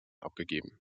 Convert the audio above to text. abgegeben